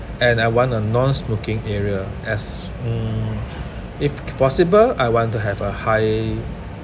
and I want a non-smoking area as mm if possible I want to have a high